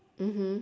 mmhmm